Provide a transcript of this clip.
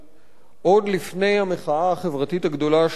עוד לפני המחאה החברתית הגדולה של הקיץ,